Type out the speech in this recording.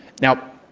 now,